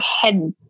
head